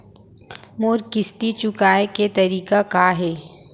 मोर किस्ती चुकोय के तारीक का हे?